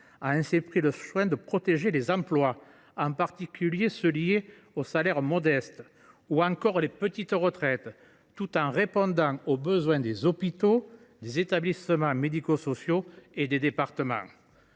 a ainsi pris soin de protéger les emplois, en particulier ceux qui correspondent aux salaires modestes, ou encore les petites retraites, tout en répondant aux besoins des hôpitaux, des établissements médico sociaux et des départements.